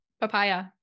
Papaya